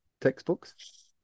Textbooks